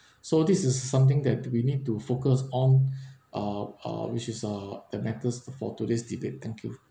so this is something that we need to focus on uh uh which is uh the matters for today's debate thank you